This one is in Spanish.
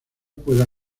pueda